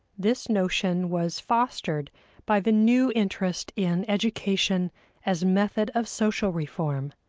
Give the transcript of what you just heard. this notion was fostered by the new interest in education as method of social reform.